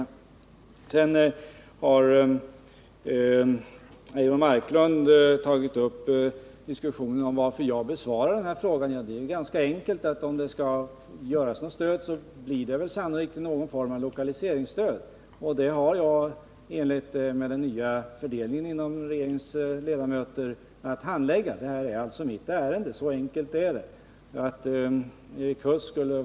Vidare har Eivor Marklund tagit upp en diskussion om varför det är jag som besvarar den här frågan. Det är ganska enkelt. Skall det ges något stöd blir det sannolikt som någon form av lokaliseringsstöd, och det har jag i enlighet med den nya arbetsfördelningen inom regeringen att handlägga. Det här är alltså mitt ärende. Så enkelt är det.